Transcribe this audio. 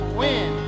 win